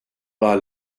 war